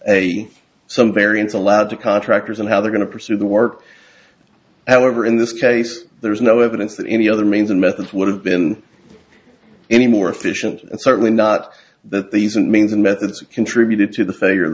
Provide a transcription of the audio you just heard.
variance allowed to contractors and how they're going to pursue the work however in this case there is no evidence that any other means and methods would have been any more efficient and certainly not that these and means and methods contributed to the failure